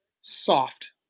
soft